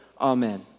amen